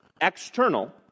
External